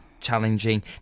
challenging